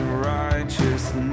righteousness